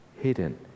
hidden